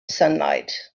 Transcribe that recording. sunlight